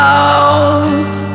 out